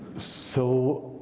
so,